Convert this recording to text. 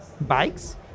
bikes